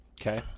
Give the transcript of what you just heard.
Okay